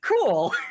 cool